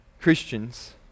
Christians